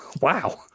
Wow